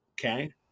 okay